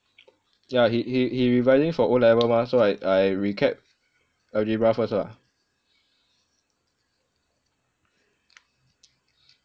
yah he he he revising for o'level mah so I I recap algebra first lah